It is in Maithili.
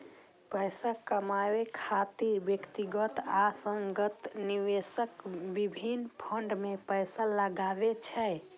पैसा कमाबै खातिर व्यक्तिगत आ संस्थागत निवेशक विभिन्न फंड मे पैसा लगबै छै